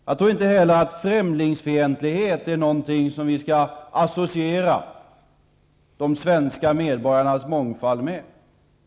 Jag tror inte heller att främlingsfientlighet är någonting som vi skall associera de flesta svenska medborgare med.